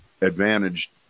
advantaged